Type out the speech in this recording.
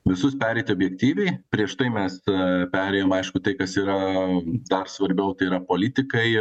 visus pereiti objektyviai prieš tai mes a perėjom aišku tai kas yra dar svarbiau tai yra politikai